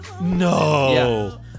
No